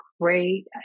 great